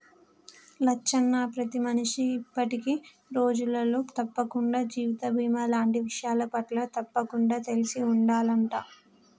లచ్చన్న ప్రతి మనిషికి ఇప్పటి రోజులలో తప్పకుండా జీవిత బీమా లాంటి విషయాలపట్ల తప్పకుండా తెలిసి ఉండాలంట